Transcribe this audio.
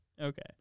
Okay